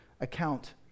account